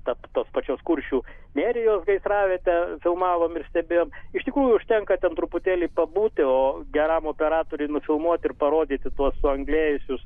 tap tos pačios kuršių nerijos gaisravietę filmavom ir stebėjom iš tikrųjų užtenka ten truputėlį pabūti o geram operatoriui nufilmuoti ir parodyti tuos suanglėjusius